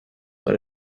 but